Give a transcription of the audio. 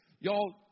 y'all